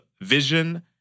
vision